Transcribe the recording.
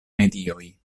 medioj